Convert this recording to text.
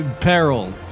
peril